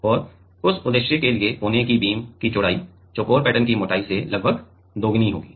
और उस उद्देश्य के लिए कोने के बीम की चौड़ाई चौकोर पैटर्न की मोटाई से लगभग दोगुनी होनी चाहिए